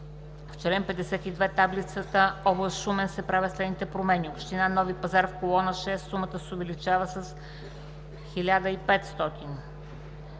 чл. 52, таблицата, област Шумен, се правят следните промени: 1. Община Нови пазар – в колона 6 сумата се увеличава с „1